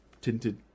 tinted